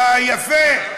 יפה.